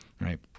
right